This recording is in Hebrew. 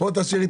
נתחיל עם